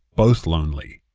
both lonely.